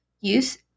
use